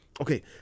Okay